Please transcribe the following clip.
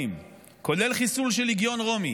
כולל חיסול של לגיון רומי.